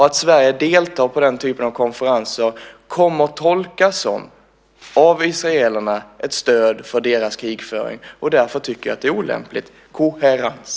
Att Sverige deltar i den typen av konferenser kommer av israelerna att tolkas som ett stöd för deras krigföring. Därför tycker jag att det är olämpligt. Koherens!